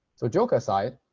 so jokes aside,